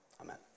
Amen